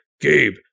Gabe